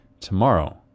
tomorrow